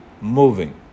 moving